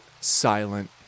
Silent